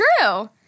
true